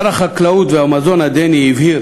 שר החקלאות והמזון הדני הבהיר